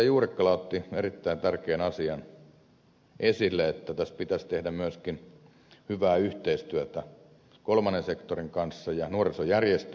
juurikkala otti erittäin tärkeän asian esille että tässä pitäisi tehdä myöskin hyvää yhteistyötä kolmannen sektorin kanssa ja nuorisojärjestöjen kanssa